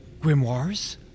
grimoires